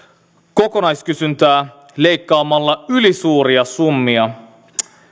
kokonaiskysyntää leikkaamalla ylisuuria summia